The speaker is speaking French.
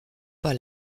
pas